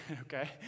okay